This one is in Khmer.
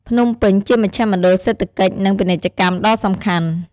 ភ្នំពេញជាមជ្ឈមណ្ឌលសេដ្ឋកិច្ច និង ពាណិជ្ជកម្មដ៏សំខាន់។